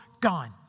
gone